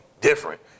different